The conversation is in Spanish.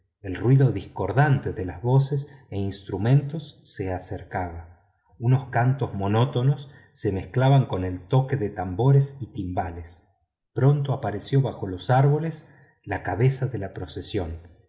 el ruido discordante de las voces e instrumentos se acercaba unos cantos monótonos se mezclaban con el toque de tambores y timbales pronto apareció bajo los árboles la cabeza de la procesión